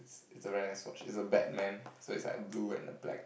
is a really nice it's a badman so is like a blue and black